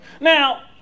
Now